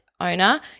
owner